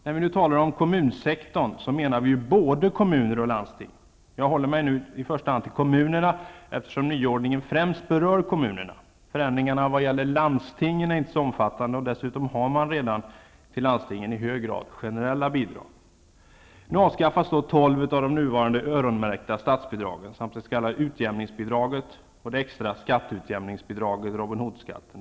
När vi talar om kommunsektorn, menar vi ju både kommuner och landsting. Jag håller mig nu i första hand till kommunerna, eftersom nyordningen främst berör dem. Förändringarna vad gäller landstingen är inte så omfattande, och dessutom har landstingen redan i hög grad generella bidrag. Nu avskaffas tolv av de nuvarande öronmärkta statsbidragen samt det s.k. utjämningsbidraget och det extra skatteutjämningsbidraget, Robin Hoodskatten.